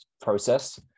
process